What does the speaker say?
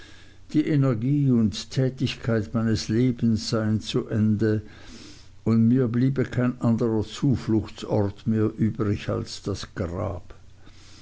die energie und tätigkeit meines lebens seien zu ende und mir bliebe kein anderer zufluchtsort mehr übrig als das grab